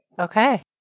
Okay